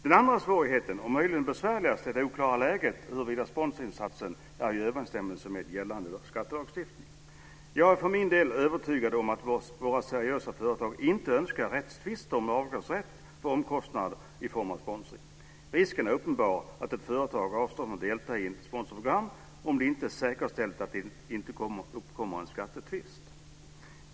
Den andra svårigheten och möjligen den besvärligaste är det oklara läget, huruvida sponsorinsatsen är i överensstämmelse med gällande skattelagstiftning. Jag är för min del övertygad om att våra seriösa företag inte önskar rättstvister om avdragsrätt för omkostnader i form av sponsring. Risken är uppenbar att ett företag avstår från att delta i ett sponsorprogram om det inte är säkerställt att det inte uppkommer en skattetvist.